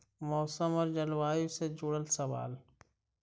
मौसम और जलवायु से जुड़ल सवाल?